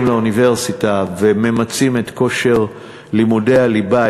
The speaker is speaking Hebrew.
לאוניברסיטה וממצים את כושר לימודי הליבה,